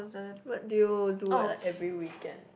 what do you do like every weekend